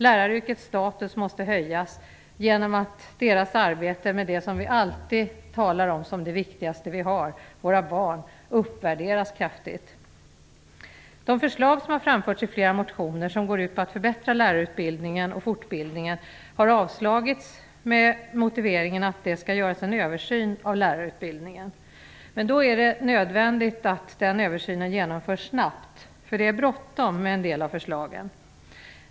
Läraryrkets status måste höjas genom att deras arbete med det som vi alltid säger vara det viktigaste som vi har, våra barn, uppvärderas kraftigt. De förslag som framförts i flera motioner om att förbättra lärarutbildningen och fortbildningen har avstyrkts med motiveringen att det skall göras en översyn av lärarutbildningen. Då är det nödvändigt att den översynen genomförs snabbt, för det är bråttom med en del av förslagen.